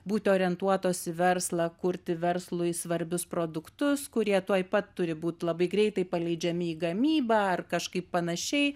būti orientuotos į verslą kurti verslui svarbius produktus kurie tuoj pat turi būti labai greitai paleidžiami į gamybą ar kažkaip panašiai